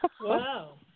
Wow